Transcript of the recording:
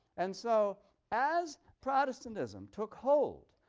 and so as protestantism took hold,